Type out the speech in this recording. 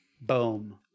Boom